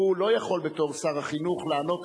הוא לא יכול בתור שר החינוך לענות,